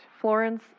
Florence